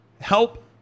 help